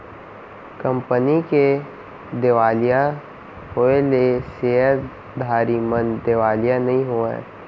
company के देवालिया होएले सेयरधारी मन देवालिया नइ होवय